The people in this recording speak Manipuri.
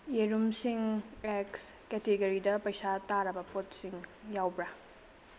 ꯌꯦꯔꯨꯝꯁꯤꯡ ꯑꯦꯛꯁ ꯀꯦꯇꯤꯒꯔꯤꯗ ꯄꯩꯁꯥ ꯇꯥꯔꯕ ꯄꯣꯠꯁꯤꯡ ꯌꯥꯎꯕ꯭ꯔꯥ